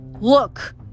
Look